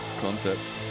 concepts